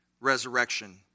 resurrection